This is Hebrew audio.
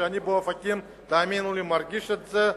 ואני באופקים מרגיש את זה,